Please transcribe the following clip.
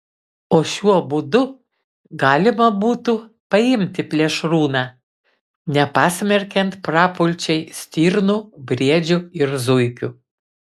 o šiuo būdu galima būtų paimti plėšrūną nepasmerkiant prapulčiai stirnų briedžių ir zuikių